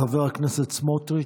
חבר הכנסת סמוטריץ',